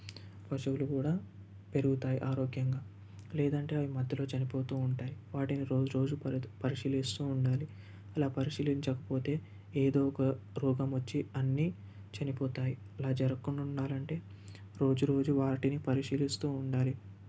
పశువులు కూడా పెరుగుతాయి ఆరోగ్యంగా లేదంటే అవి మధ్యలో చనిపోతూ ఉంటాయి వాటిని రోజు పరి పరిశీలిస్తూ ఉండాలి అలా పరిశీలించకపోతే ఏదో ఒక రోగం వచ్చి అన్నీ చనిపోతాయి అలా జరగకుండా ఉండాలంటే రోజు రోజు వాటిని పరిశీలిస్తూ ఉండాలి